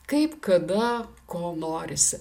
kaip kada ko norisi